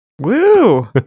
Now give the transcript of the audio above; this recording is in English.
Woo